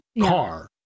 car